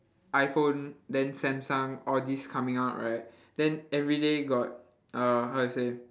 iphone then samsung all these coming out right then everyday got uh how to say